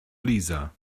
lisa